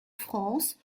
france